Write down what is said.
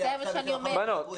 אז אנחנו מדברים על